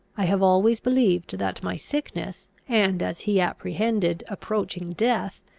i have always believed that my sickness, and, as he apprehended, approaching death,